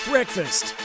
Breakfast